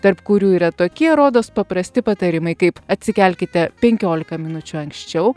tarp kurių yra tokie rodos paprasti patarimai kaip atsikelkite penkiolika minučių anksčiau